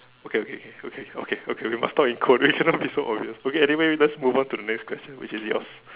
okay okay okay okay okay okay okay must talk in quotation don't be so obvious okay anyway let's move on to the next question which is yours